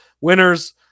Winners